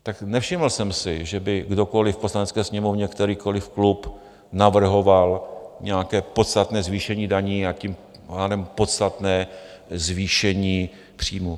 Tak nevšiml jsem si, že by kdokoliv v Poslanecké sněmovně, kterýkoliv klub navrhoval nějaké podstatné zvýšení daní, a tím pádem podstatné zvýšení příjmů.